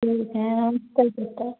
ठीक है हम कल